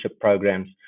programs